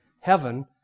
heaven